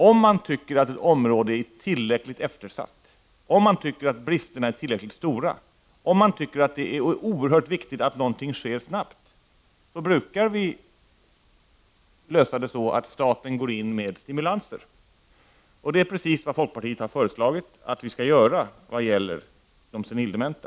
Om man tycker att ett område är tillräckligt eftersatt, om man tycker att bristerna är tillräckligt stora, om man tycker att det är oerhört viktigt att något sker snabbt, brukar vi lösa det så att staten går in med stimulanser. Det är precis vad folkpartiet har föreslagit att vi skall göra vad gäller de senildementa.